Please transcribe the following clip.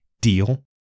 Deal